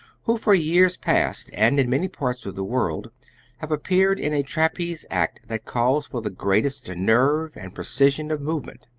who for years past and in many parts of the world have appeared in a trapeze act that calls for the greatest nerve and precision of movement.